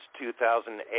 2008